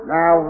Now